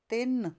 ਤਿੰਨ